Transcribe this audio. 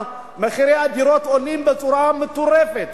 מחירי הדירות עולים בצורה מטורפת.